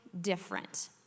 different